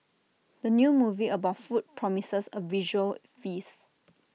the new movie about food promises A visual feast